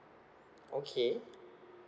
okay